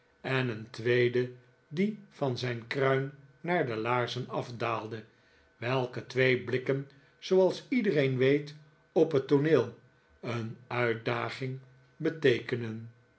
en een tweeden die van zijn kruin naar zijn laarzen afdaalde welke twee blikken r zooals iedereen weet op het tooneel een uitdaging beteekenen